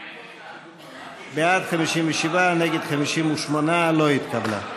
בעד, 57, נגד, 58. לא התקבלה.